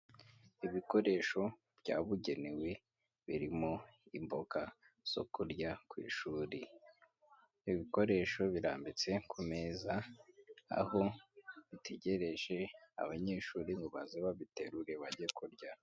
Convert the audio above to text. Ibikoresho byabugenewe birimo imboga zo kurya ku ishuri, ibikoresho birambitse ku meza aho bitegereje abanyeshuri ngo baze babiterure bajye kurya.